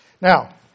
Now